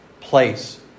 place